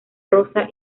rosa